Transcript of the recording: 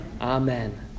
Amen